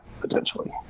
potentially